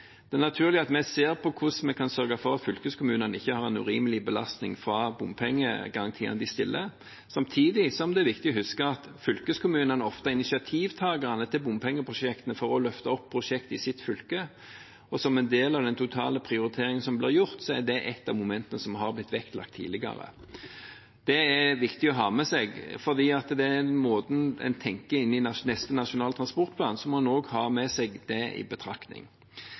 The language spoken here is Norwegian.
Det er naturlig at vi ser på hvordan vi kan sørge for at fylkeskommunene ikke har en urimelig belastning fra bompengegarantiene de stiller. Samtidig er det viktig å huske at fylkeskommunene ofte er initiativtakerne til bompengeprosjektene, for å løfte fram prosjekter i sitt fylke, og som en del av den totale prioriteringen som blir gjort, er det et av momentene som har blitt vektlagt tidligere. Det er det viktig å ha med seg. Fordi det er måten man tenker på i den neste nasjonale transportplanen, må en også ha det med seg i